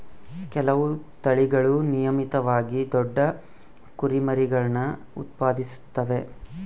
ಕೆಲವು ತಳಿಗಳು ನಿಯಮಿತವಾಗಿ ದೊಡ್ಡ ಕುರಿಮರಿಗುಳ್ನ ಉತ್ಪಾದಿಸುತ್ತವೆ